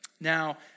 Now